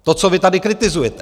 To, co vy tady kritizujete.